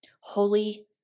Holy